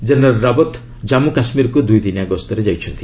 general Rawat Jammu କାଶ୍ମୀରକୁ ଦୁଇଦିନିଆ ଗସ୍ତରେ ଯାଇଛନ୍ତି